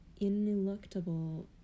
ineluctable